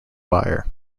buyer